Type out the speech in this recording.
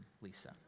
Lisa